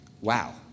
Wow